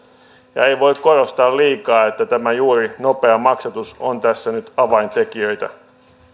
ja ei voi korostaa liikaa että juuri tämä nopea maksatus on tässä nyt avaintekijöitä